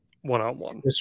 one-on-one